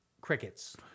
crickets